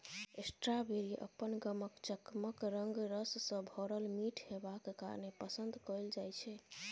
strawberry अपन गमक, चकमक रंग, रस सँ भरल मीठ हेबाक कारणेँ पसंद कएल जाइ छै